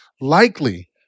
likely